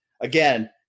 again